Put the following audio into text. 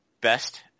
best